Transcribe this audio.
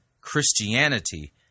Christianity